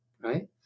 right